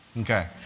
Okay